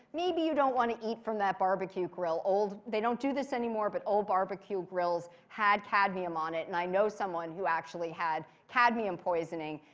maybe you don't want to eat from that barbecue grill. they don't do this anymore, but old barbecue grills had cadmium on it. and i know someone who actually had cadmium poisoning.